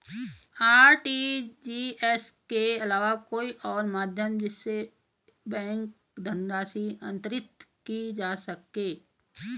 RTGS के अलावा कोई और माध्यम जिससे बैंक धनराशि अंतरित की जा सके?